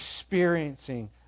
experiencing